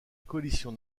coalition